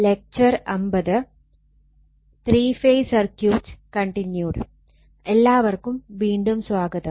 എല്ലാവർക്കും വീണ്ടും സ്വാഗതം